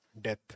death